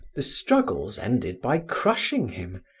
the struggles ended by crushing him,